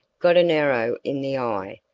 got an arrow in the eye,